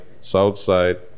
Southside